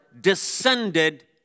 descended